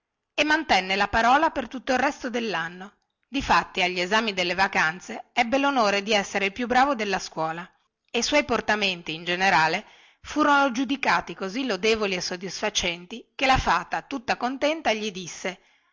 mantenne la parola per tutto il resto dellanno difatti agli esami delle vacanze ebbe lonore di essere il più bravo della scuola e i suoi portamenti in generale furono giudicati così lodevoli e soddisfacenti che la fata tutta contenta gli disse